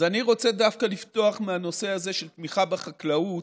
אז אני רוצה דווקא לפתוח בנושא הזה של תמיכה בחקלאות,